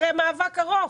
אחרי מאבק ארוך.